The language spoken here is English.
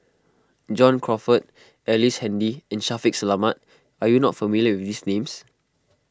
John Crawfurd Ellice Handy and Shaffiq Selamat are you not familiar with these names